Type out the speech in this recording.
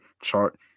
chart